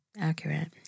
Accurate